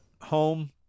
home